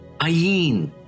ayin